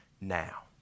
now